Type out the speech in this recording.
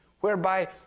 whereby